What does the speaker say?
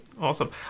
Awesome